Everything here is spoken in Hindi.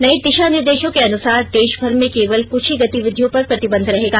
नये दिशा निर्देशों के अनुसार देशभर में केवल क्छ ही गतिविधियों पर प्रतिबंध रहेगा